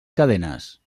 cadenes